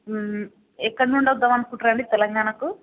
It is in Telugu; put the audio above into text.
ఎక్కడ నుండి వద్దాం అనుకుంటుర్రండి తెలంగాణకు